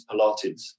Pilates